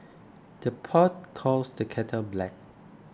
the pot calls the kettle black